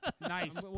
Nice